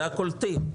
זה הקולטים.